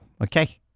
Okay